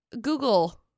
Google